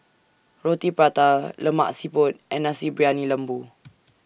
Roti Prata Lemak Siput and Nasi Briyani Lembu